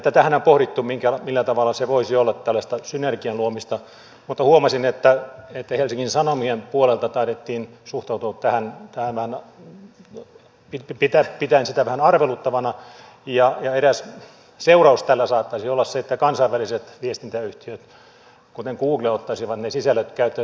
tätähän on pohdittu millä tavalla se voisi olla tällaista synergian luomista mutta huomasin että helsingin sanomien puolelta taidettiin suhtautua tähän siten että pidettiin sitä vähän arveluttavana ja eräs seuraus tällä saattaisi olla se että kansainväliset viestintäyhtiöt kuten google ottaisivat ne sisällöt käyttöön